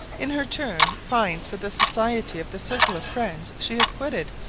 in her turn, pines for the society of the circle of friends she has quitted,